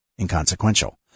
inconsequential